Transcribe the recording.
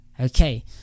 Okay